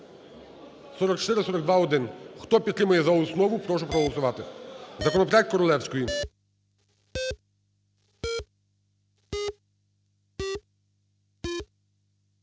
4442-1. Хто підтримує за основу, прошу проголосувати. Законопроект Королевської.